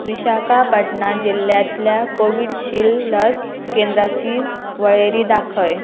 विशाखापटना जिल्ल्यांतल्या कोविडशिल्ड लस केंद्राची वळेरी दाखय